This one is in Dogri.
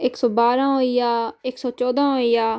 इक सौ बारां होई गेआ इक सौ चौदां होई गेआ